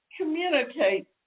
Communicate